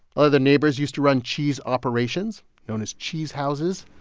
of their neighbors used to run cheese operations known as cheese houses.